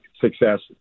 success